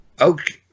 Okay